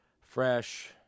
fresh